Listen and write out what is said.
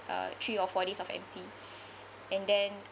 uh three or four days of M_C and then